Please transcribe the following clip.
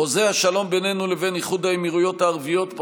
חוזה השלום בינינו לבין איחוד האמירויות הערביות לא רק